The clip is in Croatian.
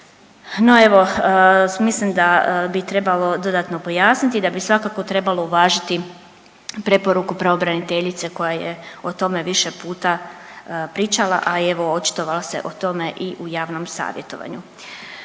No evo mislim da bi trebalo dodatno pojasniti, da bi svakako trebalo uvažiti preporuku pravobraniteljice koja je o tome više puta pričala, a evo očitovala se o tome i u javnom savjetovanju.